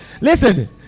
Listen